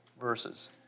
verses